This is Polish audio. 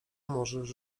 możesz